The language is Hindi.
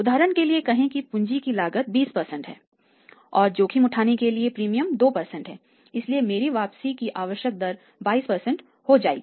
उदाहरण के लिए कहें कि पूंजी की लागत 20 है और जोखिम उठाने के लिए प्रीमियम 2 परसेंट है इसलिए मेरी वापसी की आवश्यक दर 22 हो जाएगी